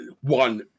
one